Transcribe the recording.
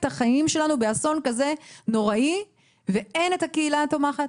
חייהם אחרי אסון כזה נוראי בלי הקהילה התומכת.